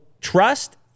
trust